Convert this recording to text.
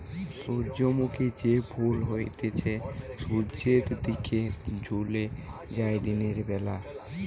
সূর্যমুখী যে ফুল হতিছে সূর্যের দিকে ঝুকে যায় দিনের বেলা